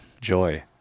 joy